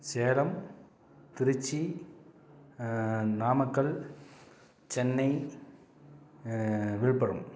Salem Tiruchi Namakkal Chennai Villupuram